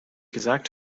gesagt